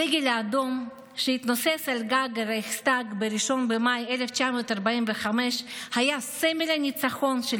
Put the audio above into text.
הדגל האדום שהתנוסס על גג הרייכסטאג ב-1 במאי 1945 היה סמל הניצחון של